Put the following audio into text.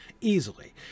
Easily